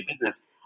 business